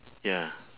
ya